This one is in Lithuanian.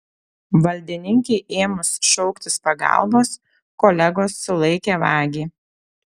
valdininkei ėmus šauktis pagalbos kolegos sulaikė vagį